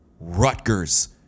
Rutgers